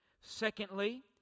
Secondly